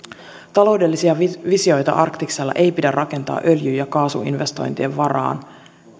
taloudellisia visioita arktiksella ei pidä rakentaa öljy ja kaasuinvestointien varaan